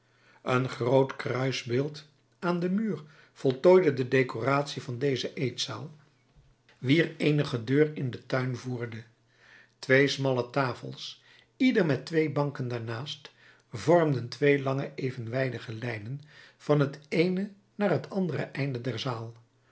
een groot kruisbeeld aan den muur voltooide de decoratie van deze eetzaal wier eenige deur in den tuin voerde twee smalle tafels ieder met twee banken daarnaast vormden twee lange evenwijdige lijnen van het eene naar het andere einde der zaal